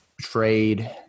trade